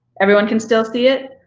everyone can still see it?